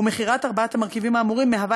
ומכירת ארבעת המרכיבים האמורים מהווה